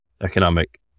economic